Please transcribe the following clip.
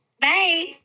Bye